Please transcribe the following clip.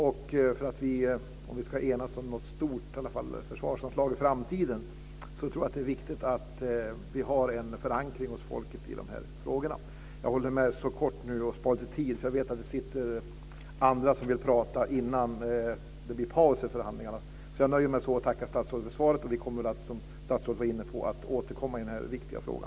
Om vi ska enas om något stort försvarsanslag i framtiden, så tror jag att det är viktigt att vi har en förankring hos folket i dessa frågor. Jag försöker vara kortfattad, eftersom jag vet att det finns andra som vill tala före uppehållet. Jag nöjer mig därför med detta och tackar statsrådet för svaret. Och vi kommer väl, som statsrådet var inne på, att återkomma i denna viktiga fråga.